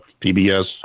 pbs